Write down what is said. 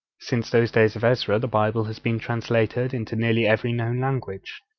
since those days of ezra, the bible has been translated into nearly every known language.